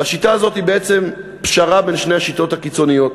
והשיטה הזאת היא בעצם פשרה בין שתי השיטות הקיצוניות.